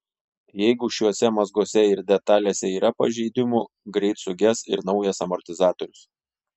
jeigu šiuose mazguose ir detalėse yra pažeidimų greit suges ir naujas amortizatorius